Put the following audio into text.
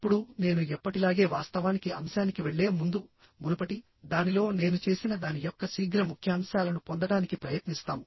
ఇప్పుడు నేను ఎప్పటిలాగే వాస్తవానికి అంశానికి వెళ్ళే ముందుమునుపటి దానిలో నేను చేసిన దాని యొక్క శీఘ్ర ముఖ్యాంశాలను పొందడానికి ప్రయత్నిస్తాము